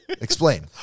Explain